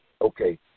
okay